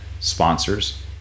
sponsors